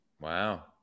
Wow